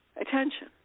attention